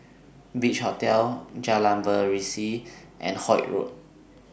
Beach Hotel Jalan Berseri and Holt Road